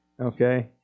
Okay